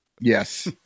Yes